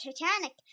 Titanic